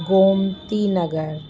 Gomti Nagar